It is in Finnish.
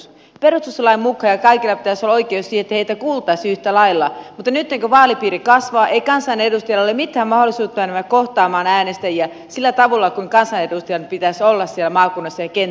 perustuslain mukaan kaikilla pitäisi olla oikeus siihen että heitä kuultaisiin yhtä lailla mutta nytten kun vaalipiiri kasvaa ei kansanedustajilla ole mitään mahdollisuutta mennä kohtaamaan äänestäjiä sillä tavalla kuin kansanedustajan pitäisi olla siellä maakunnassa ja kentällä